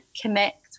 connect